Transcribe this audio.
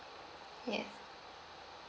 ya